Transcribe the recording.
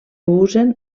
usen